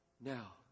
Now